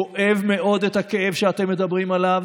כואב מאוד את הכאב שאתם מדברים עליו